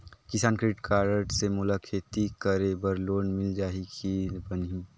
किसान credit card से मोला खेती करे बर लोन मिल जाहि की बनही??